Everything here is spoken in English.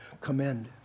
commend